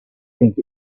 think